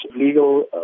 legal